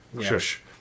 Shush